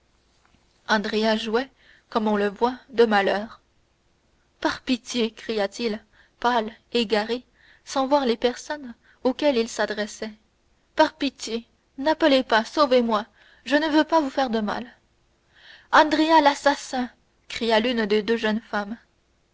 andrea jouait comme on le voit de malheur par pitié cria-t-il pâle égaré sans voir les personnes auxquelles il s'adressait par pitié n'appelez pas sauvez-moi je ne veux pas vous faire de mal andrea l'assassin cria l'une des deux jeunes femmes